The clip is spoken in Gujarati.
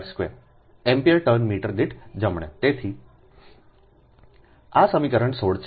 x એમ્પીયર ટર્ન મીટર દીઠ તેથી આ સમીકરણ 16 છે